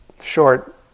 short